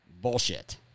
bullshit